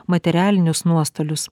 materialinius nuostolius